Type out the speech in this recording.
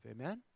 Amen